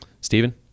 Stephen